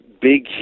big